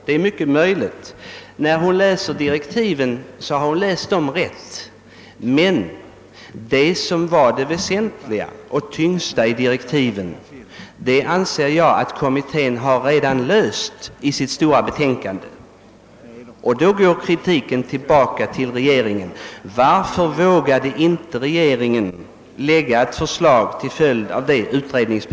Fru Skantz har fattat direktiven alldeles rätt, men de frågor som enligt direktiven var de tyngsta och väsentligaste anser jag att kommittén redan löst i sitt stora betänkande. Då går kritiken tillbaka till regeringen: Varför vågade inte regeringen framlägga ett förslag på grundval av kommittébetänkandet?